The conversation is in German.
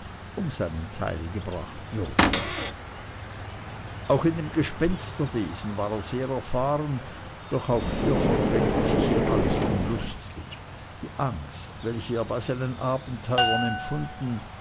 um seinen teil gebracht würde auch in dem gespensterwesen war er sehr erfahren doch auch hier verdrehte sich ihm alles zum lustigen die angst welche er bei seinen abenteuern empfunden